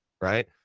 right